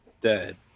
dead